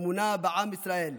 אמונה בעם ישראל,